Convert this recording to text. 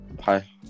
Hi